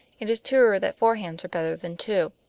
it is truer that four hands are better than two.